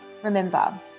Remember